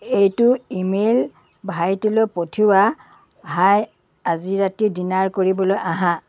এইটো email ভাইটিলৈ পঠিওৱা হাই আজি ৰাতি ডিনাৰ কৰিবলৈ আহা